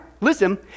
Listen